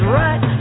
right